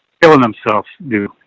killing themselves do.